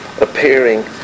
appearing